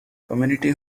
community